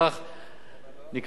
נקנה גם על-ידי העשירים